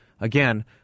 again